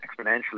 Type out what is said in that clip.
exponentially